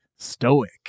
stoic